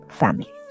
family